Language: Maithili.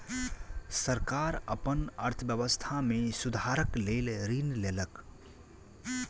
सरकार अपन अर्थव्यवस्था में सुधारक लेल ऋण लेलक